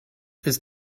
ist